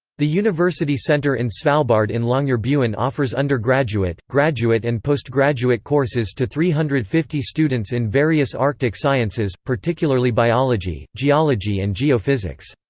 the university centre in svalbard in longyearbyen offers undergraduate, graduate and postgraduate courses to three hundred and fifty students in various arctic sciences, particularly biology, geology and geophysics.